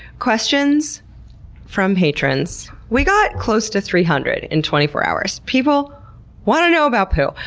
questions from patrons. we got close to three hundred in twenty four hours. people want to know about poo.